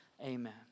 amen